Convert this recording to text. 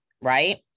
right